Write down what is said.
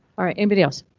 alright? anybody else?